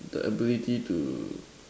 the ability to